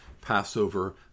Passover